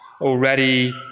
already